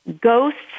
Ghosts